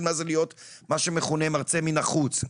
מה זה להיות מה שמכונה מרצה מן החוץ.